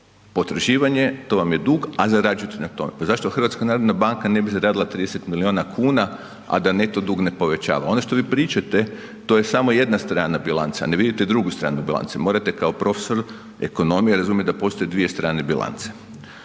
potraživanje to vam je dug, a zarađujete na tome, pa zašto HNB ne bi zaradila 30 milijuna kuna, a da neto dug ne povećava? Ono što vi pričate to je samo jedna strana bilance, a ne vidite drugu stranu bilance, morate kao profesor ekonomije razumjet da postoje dvije strane bilance.